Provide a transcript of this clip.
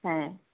হ্যাঁ